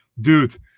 dude